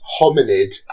hominid